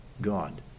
God